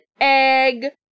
egg